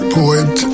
poet